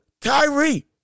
Kyrie